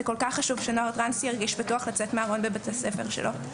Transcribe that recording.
זה כל כך חשוב שנוער טרנסי ירגיש בטוח לצאת מהארון בבית הספר שלו.